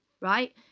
right